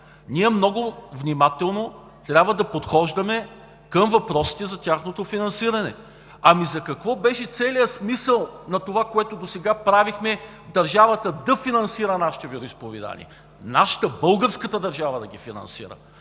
ние много внимателно трябва да подхождаме към въпросите за тяхното финансиране. За какво беше целият смисъл на това, което досега правихме – държавата да финансира нашите вероизповедания? Нашата, българската държава да ги финансира,